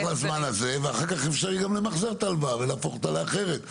בטח לזמן הזה ואחר כך אפשר יהיה גם למחזר את ההלוואה ולהפוך אותה לאחרת,